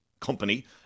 company